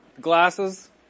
Glasses